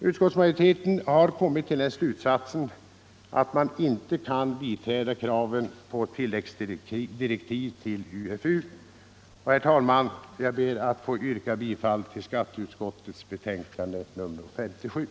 Utskottsmajoriteten har därför kommit till den slutsatsen att den inte kan biträda kraven på tilläggsdirektiv till UFU. Herr talman! Jag ber att få yrka bifall till skatteutskottets hemställan.